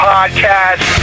Podcast